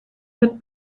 mit